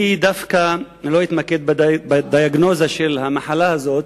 אני דווקא לא אתמקד בדיאגנוזה של המחלה הזאת,